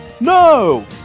No